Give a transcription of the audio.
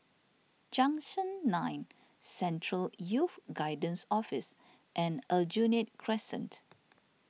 Junction nine Central Youth Guidance Office and Aljunied Crescent